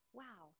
wow